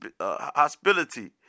hospitality